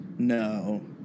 No